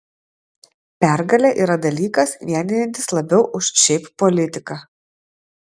pergalė yra dalykas vienijantis labiau už šiaip politiką